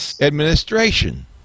Administration